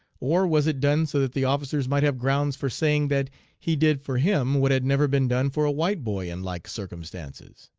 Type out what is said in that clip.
or was it done so that the officers might have grounds for saying that he did for him what had never been done for a white boy in like circumstances